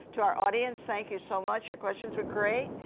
to our audience, thank you so much. your questions were great.